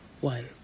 One